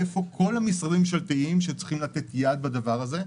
איפה כל משרדי הממשלה שצריכים לתת יד בדבר הזה?